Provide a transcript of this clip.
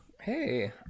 Hey